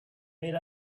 made